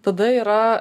tada yra